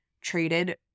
traded